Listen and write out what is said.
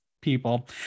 people